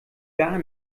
gar